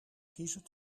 kiezen